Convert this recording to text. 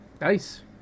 Nice